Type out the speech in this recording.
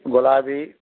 గులాబీ